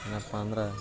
ಏನಪ್ಪ ಅಂದ್ರೆ